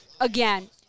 Again